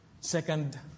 Second